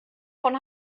von